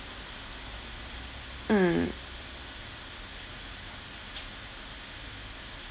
mm